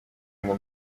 ngo